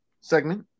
segment